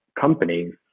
companies